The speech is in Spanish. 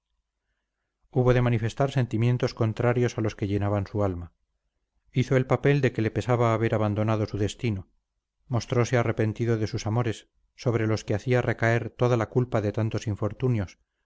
hubo de manifestar sentimientos contrarios a los que llenaban su alma hizo el papel de que le pesaba haber abandonado su destino mostrose arrepentido de sus amores sobre los que hacía recaer toda la culpa de tantos infortunios